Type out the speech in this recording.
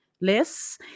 less